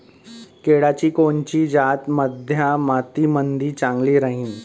केळाची कोनची जात मध्यम मातीमंदी चांगली राहिन?